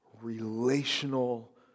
relational